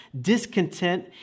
discontent